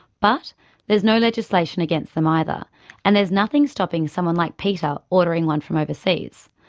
but there's no legislation against them either and there's nothing stopping someone like peter ordering one from overseas.